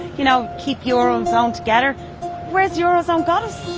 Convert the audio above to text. you know, keep eurozone together where's eurozone got us?